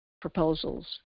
proposals